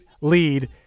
lead